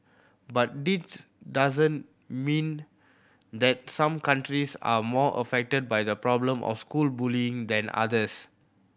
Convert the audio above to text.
but this does not mean that some countries are more affected by the problem of school bullying than others